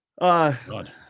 God